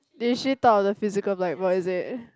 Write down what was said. did she talk the physical like what is it